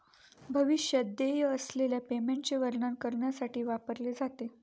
भविष्यात देय असलेल्या पेमेंटचे वर्णन करण्यासाठी वापरले जाते